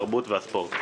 התרבות והספורט.